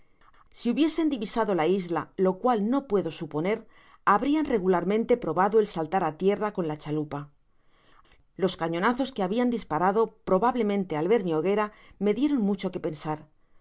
si hubiesen divisado la isla lo cual no puedo suponer habrian regularmente probado el saltar k tierra con la chalupa los cañonazos que habian disparado probablemente al ver mi hoguera me dieron mucho que pensar tan